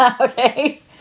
Okay